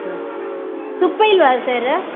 ಹಾಂ ತುಪ್ಪ ಇಲ್ಲವ ಸರ್ರ